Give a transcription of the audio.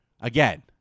Again